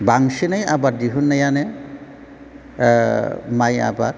बांसिनै आबाद दिहुननायानो माइ आबाद